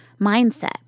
mindset